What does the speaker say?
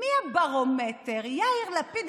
מי הברומטר, יאיר לפיד?